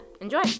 Enjoy